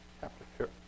chapter